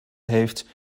heeft